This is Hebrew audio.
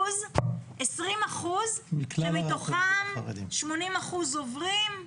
20% שמתוכם 80% עוברים,